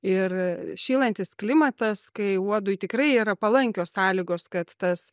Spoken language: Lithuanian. ir šylantis klimatas kai uodui tikrai yra palankios sąlygos kad tas